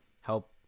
help